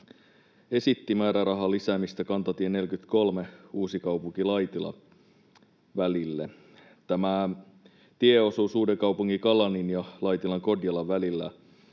esitti määrärahan lisäämistä kantatien 43 Uusikaupunki—Laitila-välille. Tämä tieosuus Uudenkaupungin Kalannin ja Laitilan Kodjalan välillä